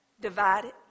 divided